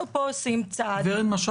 אנחנו פה עושים צעד --- גברת משש,